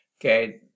Okay